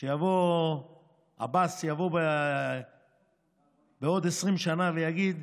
שיבוא עבאס בעוד 20 שנה ויגיד: